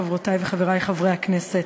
חברותי וחברי חברי הכנסת,